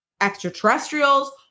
extraterrestrials